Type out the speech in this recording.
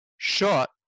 Shot